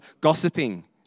gossiping